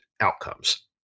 outcomes